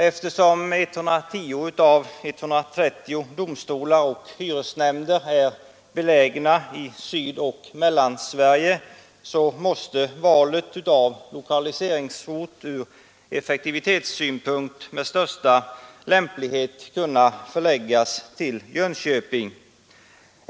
Eftersom 110 av 130 domstolar och hyresnämnder är belägna i Sydoch Mellansverige måste valet av lokaliseringsort från effektivitetssynpunkt med största lämplighet kunna bli Jönköping.